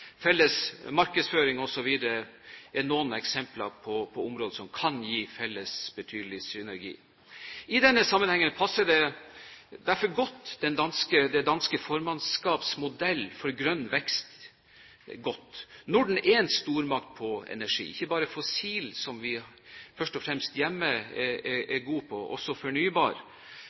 felles markedsføring osv. er noen eksempler på områder som kan gi betydelig felles synergi. I denne sammenhengen passer derfor den danske formannskapsmodellen for grønn vekst godt. Norden er en stormakt på energi – ikke bare fossil, som vi først og fremst hjemme er gode på – men også fornybar,